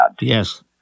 Yes